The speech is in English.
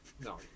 No